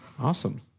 Awesome